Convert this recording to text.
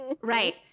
Right